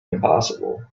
impossible